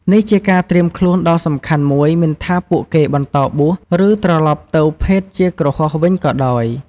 នេះជាការត្រៀមខ្លួនដ៏សំខាន់មួយ មិនថាពួកគេបន្តបួស ឬត្រឡប់ទៅភេទជាគ្រហស្ថវិញក៏ដោយ។